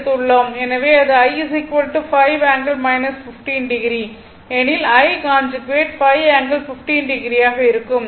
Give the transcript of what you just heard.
எனவே அது I 5 ∠ 15o எனில் I கான்ஜுகேட் 5 ∠15o ஆக இருக்கும்